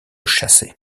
chassait